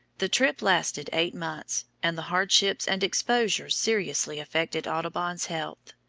the trip lasted eight months, and the hardships and exposures seriously affected audubon's health.